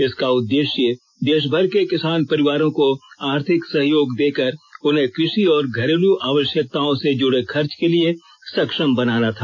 इसका उद्देश्य देशभर के किसान परिवारों को आर्थिक सहयोग देकर उन्हें कृषि और घरेलू आवश्यकताओं से जुड़े खर्च के लिए सक्षम बनाना था